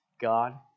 God